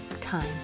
time